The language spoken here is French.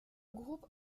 groupe